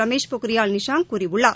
ரமேஷ் பொக்கிரியால் நிஷாங்க் கூறியுள்ளார்